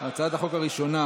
הצעת החוק הראשונה